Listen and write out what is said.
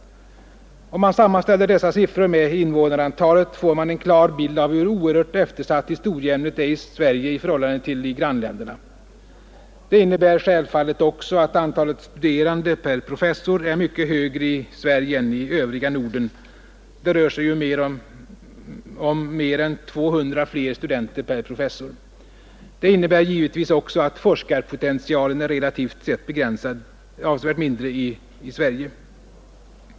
Om man sammanställer dessa siffror med invånarantalet får man en klar bild av hur oerhört eftersatt historieämnet är i Sverige i förhållande till i grannländerna. Det innebär självfallet också, att antalet studerande per professor är mycket högre i Sverige än i övriga Norden — det rör sig om mer än 200 fler studenter per professor. Det innebär givetvis också att forskarpotentialen relativt sett är avsevärt mindre i Sverige.